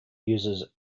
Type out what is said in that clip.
uses